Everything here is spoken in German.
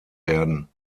werden